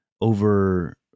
over